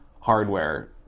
hardware